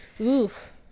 Oof